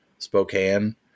Spokane